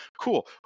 Cool